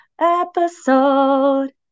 episode